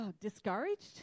discouraged